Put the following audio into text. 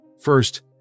First